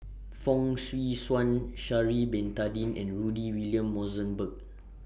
Fong Swee Suan Sha'Ari Bin Tadin and Rudy William Mosbergen